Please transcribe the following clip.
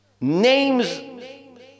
Names